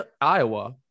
Iowa